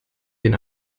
den